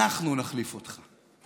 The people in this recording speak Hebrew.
אנחנו נחליף אותך.